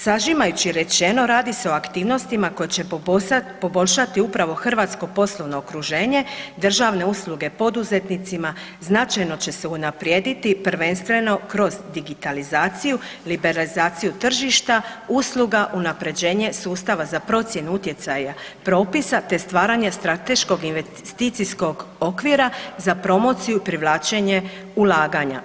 Sažimajući rečeno radi se o aktivnostima koje će poboljšati upravo hrvatsko poslovno okruženje, državne usluge poduzetnicima značajno će se unaprijediti, prvenstveno kroz digitalizaciju, liberalizaciju tržišta, usluga, unapređenje sustava za procjenu utjecaja propisa te stvaranje strateškog investicijskog okvira za promociju i privlačenje ulaganja.